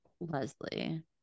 leslie